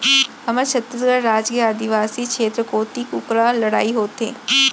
हमर छत्तीसगढ़ राज के आदिवासी छेत्र कोती कुकरा लड़ई होथे